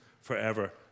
forever